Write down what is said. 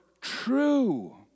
true